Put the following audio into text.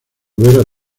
volver